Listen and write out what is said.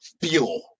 fuel